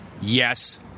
yes